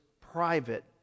private